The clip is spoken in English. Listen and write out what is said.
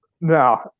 No